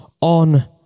on